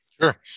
Sure